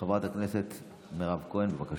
חברת הכנסת מירב כהן, בבקשה.